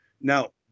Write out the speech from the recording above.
Now